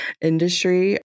industry